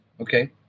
Okay